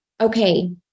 okay